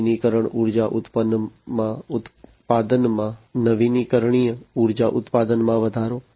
નવીનીકરણીય ઉર્જા ઉત્પાદનમાં વધારો